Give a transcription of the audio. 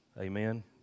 Amen